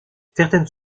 certaines